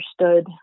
understood